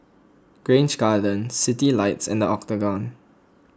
Grange Garden Citylights and the Octagon